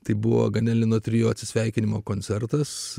tai buvo ganelino trio atsisveikinimo koncertas